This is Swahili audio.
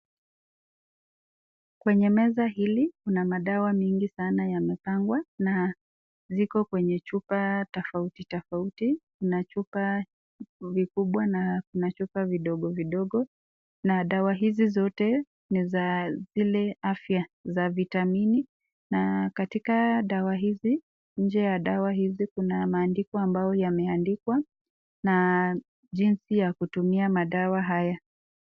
Kwenye meza hili kuna madawa mingi sana yamepangwa na ziko kwenye chupa tofauti tofauti na chupa vikubwa na kuna chupa vidogo vidogo, na dawa hizi zote ni za zile afya za vitamini na katika dawa hizi, nje ya dawa hizi kuna maandiko yameandikwa na jinsi ya kutumia madawa haya.